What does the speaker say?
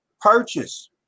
purchase